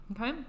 Okay